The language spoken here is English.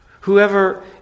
Whoever